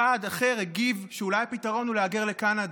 אחד אחר הגיב שאולי הפתרון הוא להגר לקנדה.